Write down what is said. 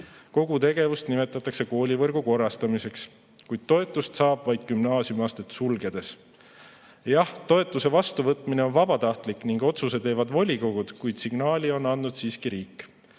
Kogu tegevust nimetatakse koolivõrgu korrastamiseks, kuid toetust saab vaid gümnaasiumiastet sulgedes. Jah, toetuse vastuvõtmine on vabatahtlik ning otsuse teevad volikogud, kuid signaali on andnud siiski riik.